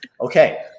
Okay